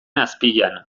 azpian